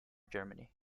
germany